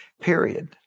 period